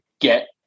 get